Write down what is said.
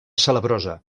salabrosa